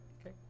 Okay